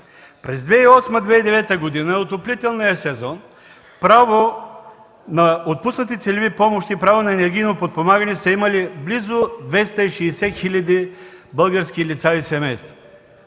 През 2008-2009 г. в отоплителния сезон право на отпуснати целеви помощи, право на енергийно подпомагане са имали близо 260 хиляди български граждани и семейства.